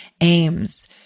aims